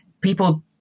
people